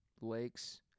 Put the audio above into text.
Lakes